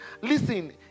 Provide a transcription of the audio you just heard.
Listen